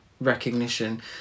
recognition